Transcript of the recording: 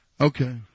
Okay